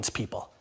people